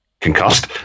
concussed